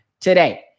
today